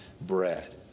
bread